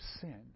sin